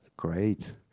Great